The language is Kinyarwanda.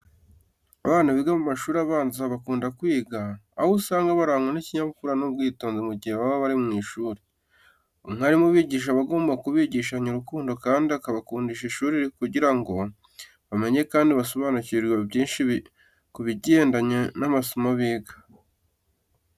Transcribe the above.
Abana biga mu mashuri abanza bakunda kwiga, aho usanga barangwa n'ikinyabupfura n'ubwitonzi mu gihe baba bari mu ishuri. Umwarimu ubigisha aba agomba kubigishanya urukundo kandi akabakundisha ishuri kugira ngo bamenye kandi basobanukirwe byinshi ku bigendanye n'amasomo biga.